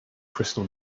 crystal